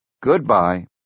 goodbye